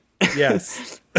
Yes